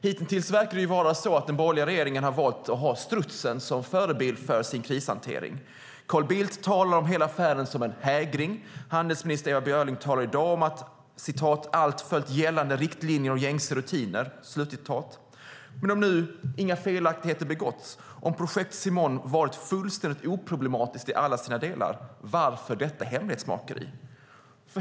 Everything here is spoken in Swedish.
Hitintills verkar den borgerliga regeringen ha valt att ha strutsen som förebild för sin krishantering. Carl Bildt talar om hela affären som en hägring. Handelsminister Ewa Björling talar i dag om att "allt följt gällande riktlinjer och gängse rutiner". Men om nu inga felaktigheter har begåtts, om projekt Simoom varit fullständigt oproblematiskt i alla dess delar, varför då detta hemlighetsmakeri?